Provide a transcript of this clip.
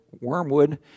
Wormwood